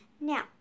Now